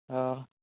ओ